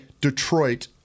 Detroit